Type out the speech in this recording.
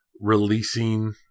releasing